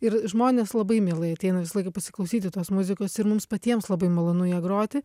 ir žmonės labai mielai ateina visą laiką pasiklausyti tos muzikos ir mums patiems labai malonu ją groti